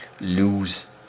lose